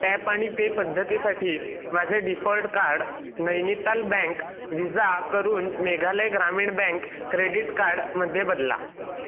tap आणि pay पद्धतीसाठी माझे default card Nainital bank Visa वरून मेघालय ग्रामीण बँक क्रेडीट कार्डमध्ये बदला